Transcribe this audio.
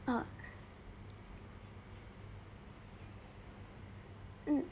orh mm